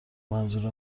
منظور